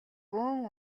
бөөн